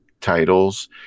titles